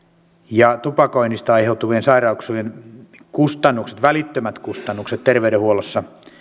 tupakoinnista aiheutuvien sairauksien välittömät kustannukset terveydenhuollossa